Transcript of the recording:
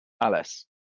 Alice